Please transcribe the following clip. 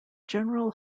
general